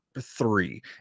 three